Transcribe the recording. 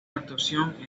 actuación